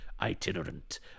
itinerant